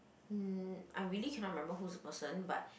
mm I really cannot remember who's the person but